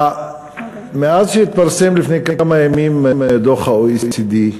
מאז שהתפרסם לפני כמה ימים דוח ה-OECD,